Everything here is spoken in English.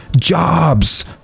jobs